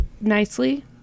nicely